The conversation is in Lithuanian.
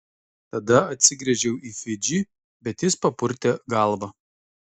tada atsigręžiau į fidžį bet jis papurtė galvą